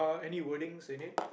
any wordings in it